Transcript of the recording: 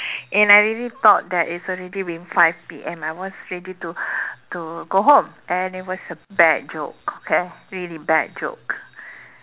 and I really thought that it's already been five p_m I was ready to to go home and it was a bad joke okay really bad joke